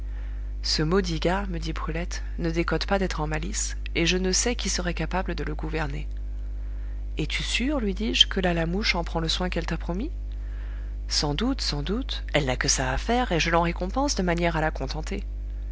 ce maudit gars me dit brulette ne décote pas d'être en malice et je ne sais qui serait capable de le gouverner es-tu sûre lui dis-je que la lamouche en prend le soin qu'elle t'a promis sans doute sans doute elle n'a que ça à faire et je l'en récompense de manière à la contenter